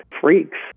freaks